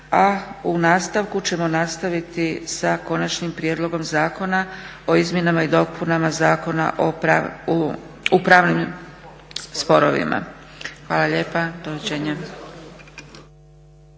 a u nastavku ćemo nastaviti sa Konačnim prijedlogom zakona o izmjenama i dopunama Zakona o upravnim sporovima. Hvala lijepa. Do viđenja.